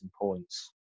points